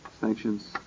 sanctions